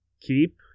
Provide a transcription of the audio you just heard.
keep